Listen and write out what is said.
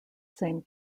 same